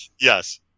yes